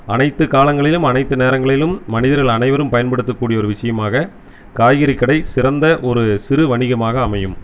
அனைத்துக் காலங்களிலும் அனைத்து நேரங்களிலும் மனிதர்கள் அனைவரும் பயன்படுத்தக் கூடிய ஒரு விஷியமாக காய்கறிக் கடை சிறந்த ஒரு சிறு வணிகமாக அமையும்